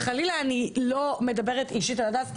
וחלילה אני לא מדברת אישית על הדס,